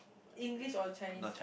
English or Chinese